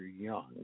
Young